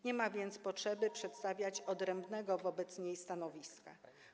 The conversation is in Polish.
Nie ma więc potrzeby przedstawiać odrębnego wobec niej stanowiska.